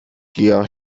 گیاه